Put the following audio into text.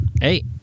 Hey